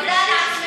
תודה רבה.